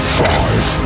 five